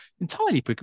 entirely